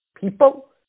people